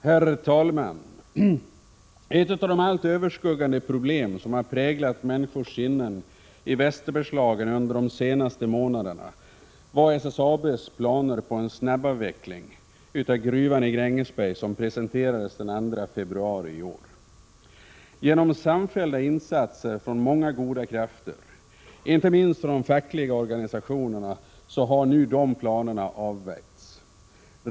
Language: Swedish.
Herr talman! Ett av de allt överskuggande problem som präglat människors sinnen i Västerbergslagen under de senaste månaderna har varit SSAB:s planer på en snabbavveckling av gruvan i Grängesberg, som presenterades den 2 februari i år. Genom samfällda insatser från många goda krafter, inte minst från de fackliga organisationerna, har nu de planerna avvärjts.